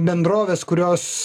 bendrovės kurios